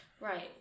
Right